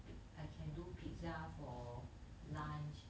I can do pizza for lunch